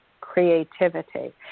creativity